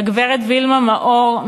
לגברת וילמה מאור,